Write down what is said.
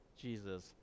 Jesus